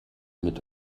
mit